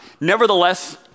Nevertheless